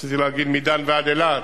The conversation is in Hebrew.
רציתי להגיד: מדן ועד אילת,